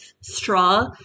straw